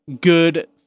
good